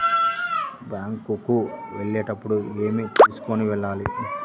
Bank కు వెళ్ళేటప్పుడు ఏమి తీసుకొని వెళ్ళాలి?